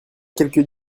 quelques